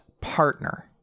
partner